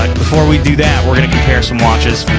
before we do that we're gonna compare some watches.